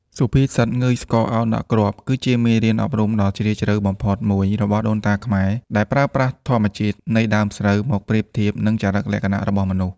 សុភាសិត «ងើយស្កក ឱនដាក់គ្រាប់» គឺជាមេរៀនអប់រំដ៏ជ្រាលជ្រៅបំផុតមួយរបស់ដូនតាខ្មែរ ដែលប្រើប្រាស់ធម្មជាតិនៃដើមស្រូវមកប្រៀបធៀបនឹងចរិតលក្ខណៈរបស់មនុស្ស។